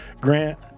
Grant